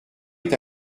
est